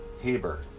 Heber